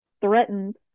Threatened